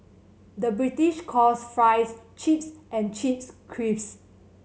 the British calls fries chips and chips crisps